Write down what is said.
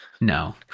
No